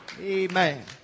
amen